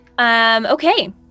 Okay